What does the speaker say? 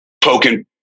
poking